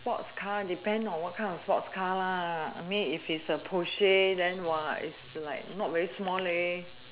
sports car depends on what kind of sports car I mean if it's a Porsche then it's like not very small leh